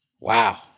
Wow